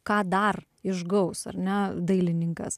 ką dar išgaus ar ne dailininkas